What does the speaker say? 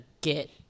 get